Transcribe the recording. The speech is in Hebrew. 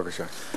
בבקשה.